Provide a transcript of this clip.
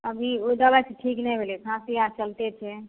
अभी ओ दवाइसँ ठीक नहि भेलै खाँसी आर चलते छै